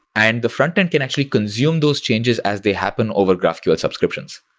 and the frontend can actually consume those changes as they happen over graphql subscriptions.